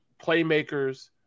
playmakers